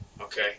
Okay